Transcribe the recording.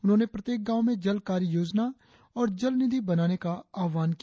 उन्होंने प्रत्येक गांव में जल कार्य योजना और जल निधि बनाने का आह्वान किया